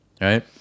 right